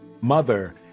mother